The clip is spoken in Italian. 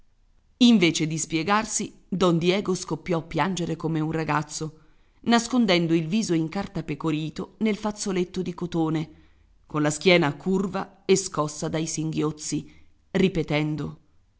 invece di spiegarsi don diego scoppiò a piangere come un ragazzo nascondendo il viso incartapecorito nel fazzoletto di cotone con la schiena curva e scossa dai singhiozzi ripetendo